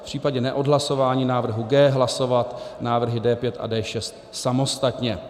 V případě neodhlasování návrhu G hlasovat návrhy D5 a D6 samostatně.